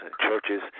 churches